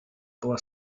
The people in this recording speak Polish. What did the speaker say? była